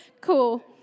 Cool